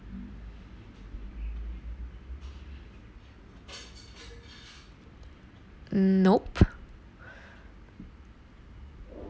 nope